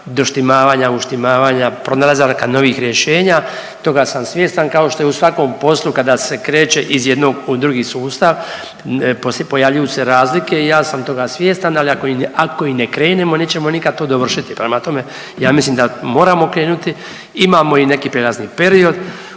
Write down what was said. doštimavanja, uštimavanja, pronalazaka novih rješenja, toga sam svjestan kao što i u svakom poslu kada se kreće iz jednog u drugi sustav pojavljuju se razlike i ja sam toga svjestan, ali ako i ne krenemo nećemo nikad to dovršiti. Prema tome, ja mislim da moramo krenuti, imamo i neki prijelazni period